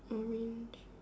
orange